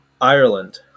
Ireland